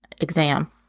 exam